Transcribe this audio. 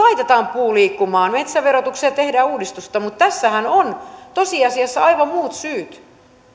laitetaan puu liikkumaan metsäverotukseen tehdään uudistusta mutta tässähän ovat tosiasiassa aivan muut syyt